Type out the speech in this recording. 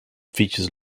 features